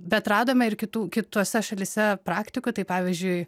bet radome ir kitų kituose šalyse praktikų tai pavyzdžiui